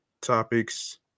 topics